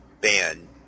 Ban